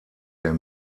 der